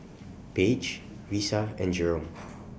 Page Risa and Jerome